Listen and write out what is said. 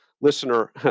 listener